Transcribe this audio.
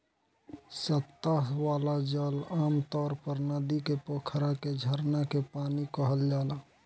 सतह वाला जल आमतौर पर नदी के, पोखरा के, झरना के पानी कहल जाला